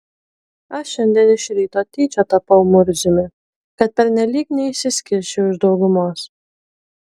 aš šiandien iš ryto tyčia tapau murziumi kad pernelyg neišsiskirčiau iš daugumos